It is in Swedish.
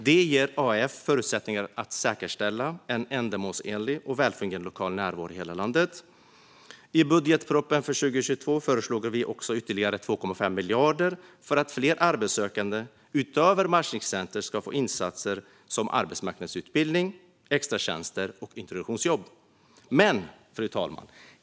Detta ger AF förutsättningar att säkerställa en ändamålsenlig och väl fungerande lokal närvaro i hela landet. I budgetpropositionen för 2022 föreslog vi ytterligare 2,5 miljarder för att fler arbetssökande, utöver matchningstjänster, ska få insatser som arbetsmarknadsutbildning, extratjänster och introduktionsjobb. Fru talman!